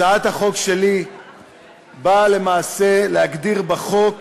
הצעת החוק שלי נועדה למעשה להגדיר בחוק